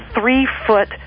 three-foot